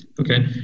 Okay